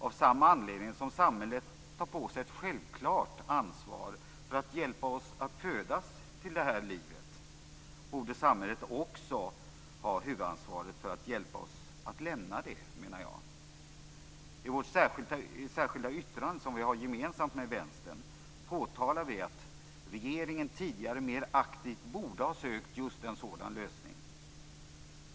Av samma anledning som samhället tar på sig ett självklart ansvar för att hjälpa oss att födas till det här livet, borde samhället också ha huvudansvaret för att hjälpa oss att lämna det, menar jag. I vårt särskilda yttrande, som vi har gemensamt med Vänstern, påtalar vi att regeringen tidigare mer aktivt borde ha sökt just en sådan lösning.